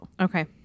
Okay